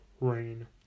rain